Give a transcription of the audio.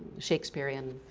shakespearean